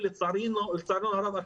ולצערנו הרב,